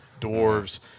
dwarves